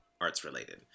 arts-related